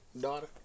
daughter